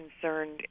concerned